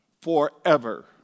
forever